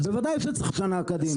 בוודאי שצריך שנה קדימה.